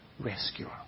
rescuer